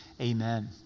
amen